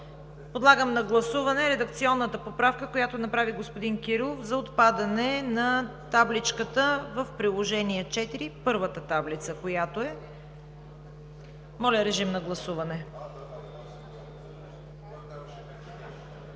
Подлагам на гласуване редакционната поправка, която направи господин Кирилов, за отпадане на табличката в Приложение № 4 – първата таблица, където е абревиатурата